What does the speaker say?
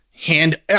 hand –